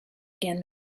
again